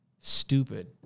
stupid